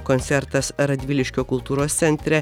koncertas radviliškio kultūros centre